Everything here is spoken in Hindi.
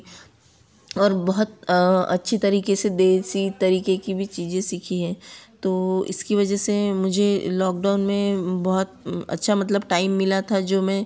और बहुत अच्छी तरीके से देसी तरीके की भी चीज़ें सीखी हैं तो इसकी वजह से मुझे लॉक डाउन में बहुत अच्छा मतलब टाइम मिला था जो मैं